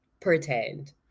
pretend